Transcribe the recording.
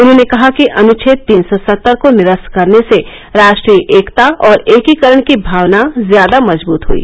उन्होंने कहा कि अनुच्छेद तीन सौ सत्तर को निरस्त करने से राष्ट्रीय एकता और एकीकरण की भावना ज्यादा मजबत हई